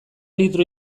litro